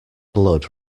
blood